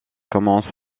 commence